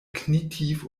knietief